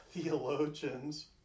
theologians